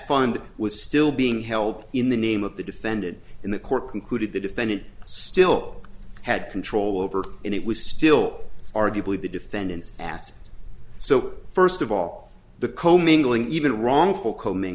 fund was still being held in the name of the defendant in the court concluded the defendant still had control over and it was still arguably the defendants ask so first of all the co mingling even wrongful